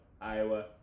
Iowa